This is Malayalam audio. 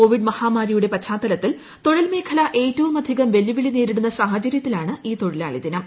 കോവിഡ് മഹാമാരിയുടെ പശ്ചാത്തലത്തിൽ തൊഴിൽ മേഖല ഏറ്റവുമധികം വെല്ലുവിളി നേരിടുന്ന സാഹചര്യത്തിലാണ് ഈ തൊഴിലാളിദിനം